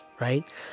right